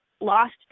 lost